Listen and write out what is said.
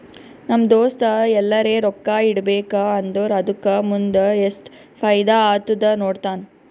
ನಮ್ ದೋಸ್ತ ಎಲ್ಲರೆ ರೊಕ್ಕಾ ಇಡಬೇಕ ಅಂದುರ್ ಅದುಕ್ಕ ಮುಂದ್ ಎಸ್ಟ್ ಫೈದಾ ಆತ್ತುದ ನೋಡ್ತಾನ್